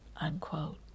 unquote